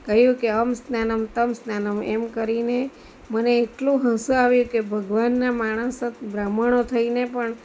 કહ્યું કે અહંમ સ્નાનમ તમ સ્નાનમ મને એટલું હસવું આવે કે ભગવાનના માણસો બ્રાહ્મણો થઈને પણ